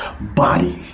Body